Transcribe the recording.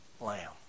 lamb